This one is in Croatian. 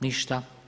Ništa.